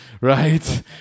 right